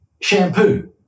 shampoo